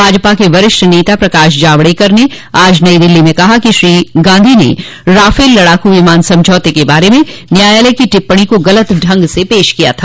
भाजपा के वरिष्ठ नेता प्रकाश जावड़ेकर ने आज नई दिल्ली में कहा कि श्री गांधी ने राफल लड़ाक विमान समझौते के बारे में न्यायालय की टिप्पणी को गलत ढंग से पेश किया था